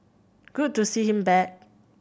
good to see him back